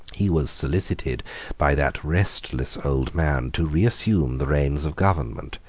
he was solicited by that restless old man to reassume the reins of government,